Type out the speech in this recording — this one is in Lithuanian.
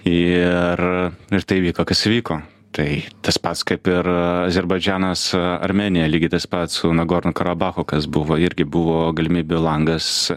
ir ir tai vyko kas vyko tai tas pats kaip ir azerbaidžanas armėnija lygiai tas pats su nagoro karabacho kas buvo irgi buvo galimybių langas